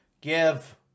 give